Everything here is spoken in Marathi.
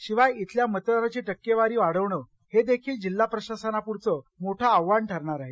शिवाय इथल्या मतदानाची टक्केवारी वाढवणं हे देखील जिल्हा प्रशासनापुढचं मोठं आव्हान ठरणार आहे